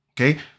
okay